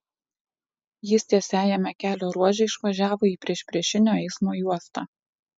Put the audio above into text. jis tiesiajame kelio ruože išvažiavo į priešpriešinio eismo juostą